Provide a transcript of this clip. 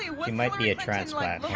yeah might be a transplant,